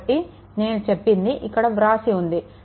కాబట్టి నేను చెప్పింది ఇక్కడ వ్రాసి ఉంది